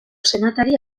senatari